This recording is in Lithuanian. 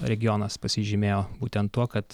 regionas pasižymėjo būtent tuo kad